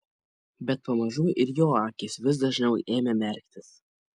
bet pamažu ir jo akys vis dažniau ėmė merktis